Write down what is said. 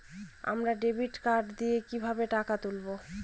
আমরা debit card দিয়ে কিভাবে টাকা তুলবো?